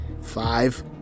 Five